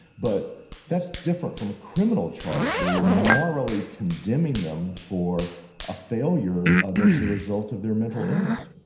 but that's different from a criminal charge where we are morally condemning them for a failure ah that's a result of their mental illness.